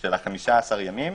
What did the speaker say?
של ה-15 ימים,